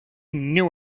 knew